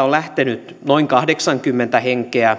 on lähtenyt noin kahdeksankymmentä henkeä